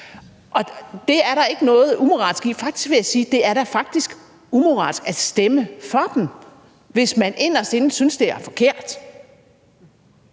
Og det er der ikke noget umoralsk i. Faktisk vil jeg sige: Det er da faktisk umoralsk at stemme for dem, hvis man inderst inde synes, det er forkert.